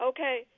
Okay